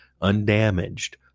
undamaged